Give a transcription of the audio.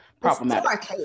problematic